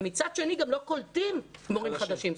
ומצד שני גם לא קולטים מורים חדשים.